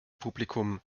publikum